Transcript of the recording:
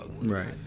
Right